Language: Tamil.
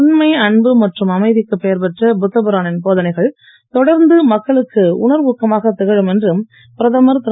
உண்மை அன்பு மற்றும் அமைதிக்குப் பெயர் பெற்ற புத்தபிரானின் போதனைகள் தொடர்ந்து மக்களுக்கு உணர்வூக்கமாக திகழும் என்று பிரதமர் திரு